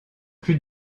plus